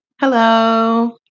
Hello